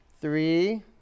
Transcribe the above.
Three